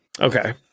Okay